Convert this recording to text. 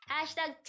Hashtag